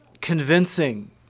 convincing